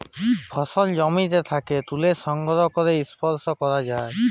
ফসল জমি থ্যাকে ত্যুলে সংগ্রহ ক্যরে পরসেস ক্যরা হ্যয়